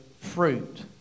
fruit